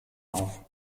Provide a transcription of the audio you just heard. auf